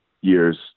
years